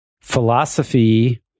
Philosophy